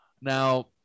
Now